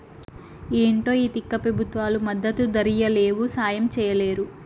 ఏంటో ఈ తిక్క పెబుత్వాలు మద్దతు ధరియ్యలేవు, సాయం చెయ్యలేరు